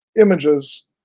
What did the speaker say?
images